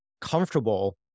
comfortable